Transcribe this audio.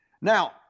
Now